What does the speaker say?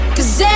Cause